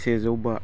सेजौ बा